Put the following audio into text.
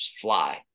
fly